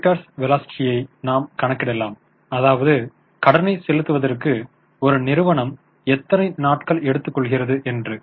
creditors வேலோஸிட்டியை creditor's velocity நாம் கணக்கிடலாம் அதாவது கடனை செலுத்துவதற்கு ஒரு நிறுவனம் எத்தனை நாட்கள் எடுத்துக் கொள்கிறது என்று